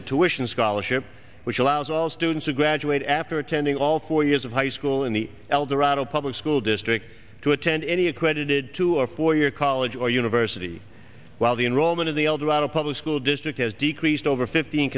tuitions scholarship which allows all students who graduate after attending all four years of high school in the eldorado public school district to attend any equated to a four year college or university while the enrollment of the eldorado public school district has decreased over fifteen